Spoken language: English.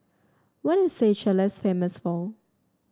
what is Seychelles famous for